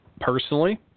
Personally